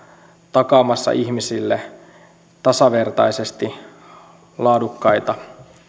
takaamassa ihmisille tasavertaisesti laadukkaita päätöksiä